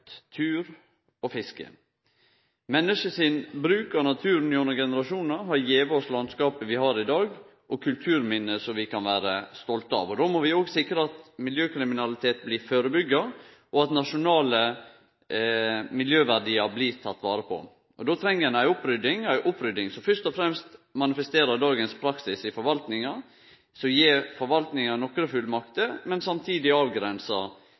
tur og fiske. Mennesket sin bruk av naturen gjennom generasjonar har gjeve oss landskapet vi har i dag, og kulturminne som vi kan vere stolte av. Då må vi òg sikre at miljøkriminalitet blir førebygd, og at nasjonale miljøverdiar blir tekne vare på. Då treng ein ei opprydding – ei opprydding som fyrst og fremst manifesterer forvaltinga si praksis i dag, som gjev forvaltinga nokre fullmaktar, men samtidig